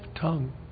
tongue